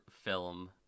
film